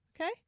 Okay